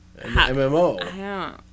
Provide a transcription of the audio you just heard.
MMO